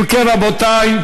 אם כן, רבותי,